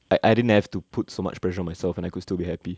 like I didn't have to put so much pressure on myself and I could still be happy